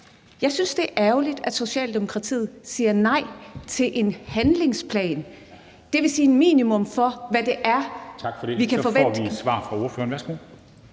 jeg synes, det er ærgerligt, at Socialdemokratiet siger nej til en handlingsplan; det vil sige et minimum for, hvad vi kan forvente.